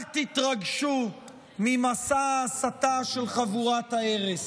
אל תתרגשו ממסע ההסתה של חבורת ההרס.